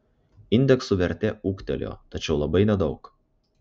indeksų vertė ūgtelėjo tačiau labai nedaug